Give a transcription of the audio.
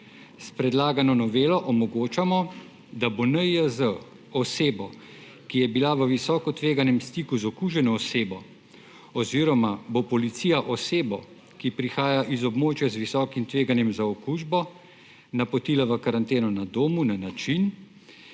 S predlagano novelo omogočamo, da bo NIJZ osebo, ki je bila v visoko tveganem stiku z okuženo osebo, oziroma bo policija osebo, ki prihaja iz območja z visokim tveganjem za okužbo, napotila v karanteno na domu na način,